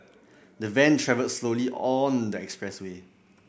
the van travelled slowly on the expressway